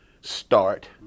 start